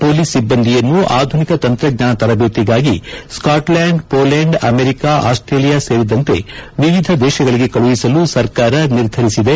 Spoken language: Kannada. ಪೊಲೀಸ್ ಸಿಬ್ಬಂದಿಯನ್ನು ಆಧುನಿಕ ತಂತ್ರಜ್ವಾನ ತರಬೇತಿಗಾಗಿ ಸ್ನಾಟ್ಲ್ಲಾಂಡ್ ಪೋಲೆಂಡ್ ಅಮೆರಿಕ ಆಸ್ಸೇಲಿಯಾ ಸೇರಿದಂತೆ ವಿವಿಧ ದೇಶಗಳಿಗೆ ಕಳುಹಿಸಲು ಸರ್ಕಾರ ನಿರ್ಧರಿಸಿದೆ